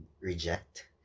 reject